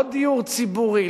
לא דיור ציבורי,